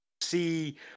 see